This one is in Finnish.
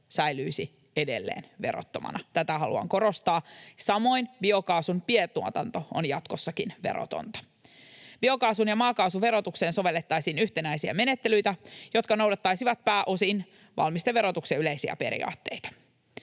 säilyisi edelleen verottomana — tätä haluan korostaa. Samoin biokaasun pientuotanto on jatkossakin verotonta. Biokaasun ja maakaasun verotukseen sovellettaisiin yhtenäisiä menettelyitä, jotka noudattaisivat pääosin valmisteverotuksen yleisiä periaatteita.